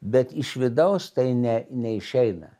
bet iš vidaus tai ne neišeina